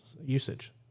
usage